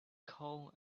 coal